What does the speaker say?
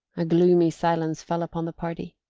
a gloomy silence fell upon the party.